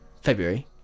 February